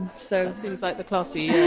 so seems like the classy